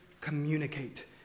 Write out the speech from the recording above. communicate